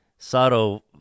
Sato